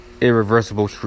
irreversible